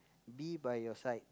be by your side